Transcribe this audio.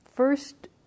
First